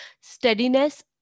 steadiness